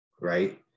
right